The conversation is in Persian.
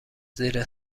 زیر